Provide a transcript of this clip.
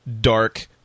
dark